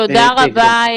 תודה רבה.